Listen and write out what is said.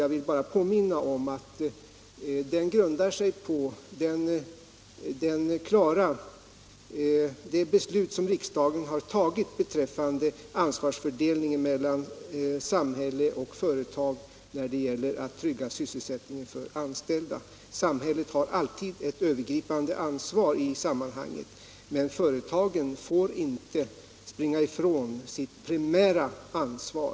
Jag vill bara påminna om att den grundar sig på det beslut som riksdagen har tagit beträffande ansvarsfördelningen mellan samhälle och företag när det gäller att trygga sysselsättningen för anställda. Samhället har alltid ett övergripande ansvar i sammanhanget, men företagen får inte springa ifrån sitt primära ansvar.